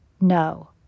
No